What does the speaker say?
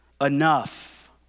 enough